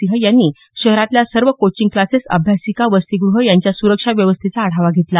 सिंह यांनी शहरातल्या सर्व कोचिंग क्लासेस अभ्यासिका वसतिगृह यांच्या सुरक्षा व्यवस्थेचा आढावा घेतला